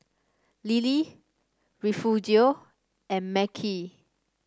Lillie Refugio and Mekhi